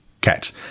cats